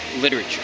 literature